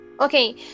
okay